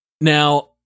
Now